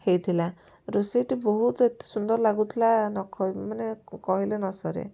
ହେଇଥିଲା ରୋଷେଇଟି ବହୁତ ଏତେ ସୁନ୍ଦର ଲାଗୁଥିଲା ନକହି ମାନେ କହିଲେ ନ ସରେ